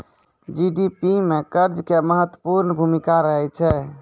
GDP मे कर्जा के महत्वपूर्ण भूमिका रहै छै